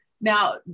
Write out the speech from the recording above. Now